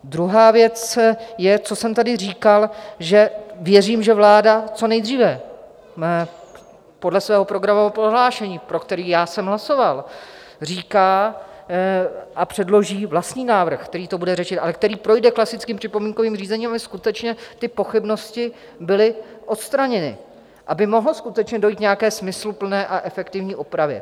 Druhá věc je, co jsem tady říkal, že věřím, že vláda co nejdříve podle svého programového prohlášení, pro které jsem hlasoval, předloží vlastní návrh, který to bude řešit, ale který projde klasickým připomínkovým řízením, aby skutečně ty pochybnosti byly odstraněny, aby mohlo skutečně dojít k nějaké smysluplné a efektivní opravě.